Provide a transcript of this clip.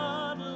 God